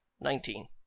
Nineteen